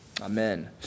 Amen